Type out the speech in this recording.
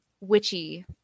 witchy